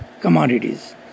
commodities